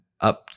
up